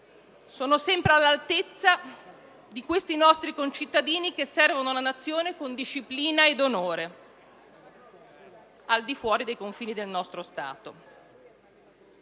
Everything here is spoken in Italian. sono sempre all'altezza di questi nostri concittadini che servono la Nazione con disciplina ed onore al di fuori dei confini del nostro Stato.